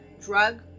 drug